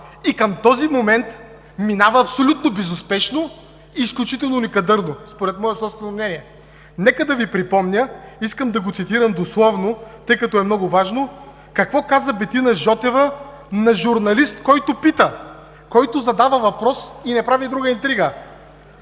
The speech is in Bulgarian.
и към този момент минава абсолютно безуспешно и изключително некадърно – според мое собствено мнение. Нека да Ви припомня, искам да го цитирам дословно, тъй като е много важно, какво каза Бетина Жотева на журналист, който пита, който задава въпрос и не прави друга интрига